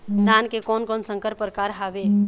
धान के कोन कोन संकर परकार हावे?